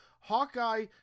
hawkeye